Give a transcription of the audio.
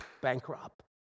bankrupt